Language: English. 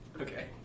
Okay